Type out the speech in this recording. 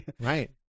Right